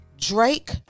Drake